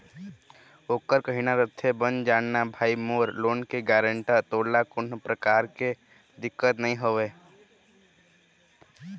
ओखर कहना रहिथे बन जाना भाई मोर लोन के गारेंटर तोला कोनो परकार के दिक्कत नइ होवय